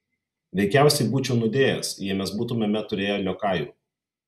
veikiausiai būčiau nudėjęs jei mes būtumėme turėję liokajų